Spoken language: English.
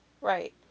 right